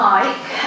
Mike